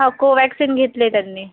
हां कोवॅक्सिन घेतलं आहे त्यांनी